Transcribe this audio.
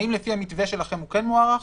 האם לפי המתווה שלכם הוא כן מוארך?